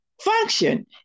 function